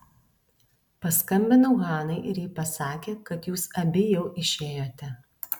paskambinau hanai ir ji pasakė kad jūs abi jau išėjote